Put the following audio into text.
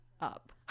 up